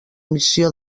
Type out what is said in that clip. missió